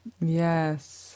Yes